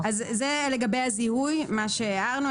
אז זה לגבי הזיהוי, מה שהערנו.